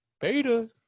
beta